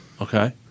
Okay